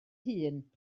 hun